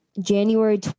January